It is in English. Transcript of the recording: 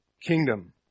kingdom